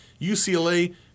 UCLA